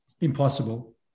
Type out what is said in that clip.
impossible